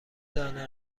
دانه